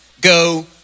go